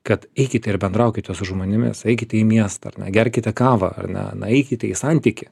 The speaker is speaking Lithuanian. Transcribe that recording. kad eikite ir bendraukite su žmonėmis eikite į miestą ar ne gerkite kavą ar ne na eikite į santykį